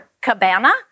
cabana